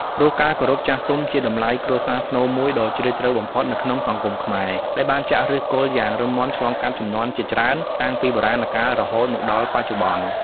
ព្រោះការគោរពចាស់ទុំជាតម្លៃគ្រួសារស្នូលមួយដ៏ជ្រាលជ្រៅបំផុតនៅក្នុងសង្គមខ្មែរ ដែលបានចាក់ឫសគល់យ៉ាងរឹងមាំឆ្លងកាត់ជំនាន់ជាច្រើនតាំងពីបុរាណកាលរហូតមកដល់បច្ចុប្បន្ន។